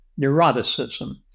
neuroticism